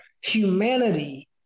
humanity